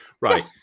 Right